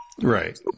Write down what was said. Right